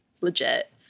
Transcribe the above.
legit